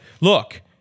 Look